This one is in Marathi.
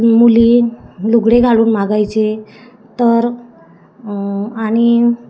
मुली लुगडे घालून मागायचे तर आणि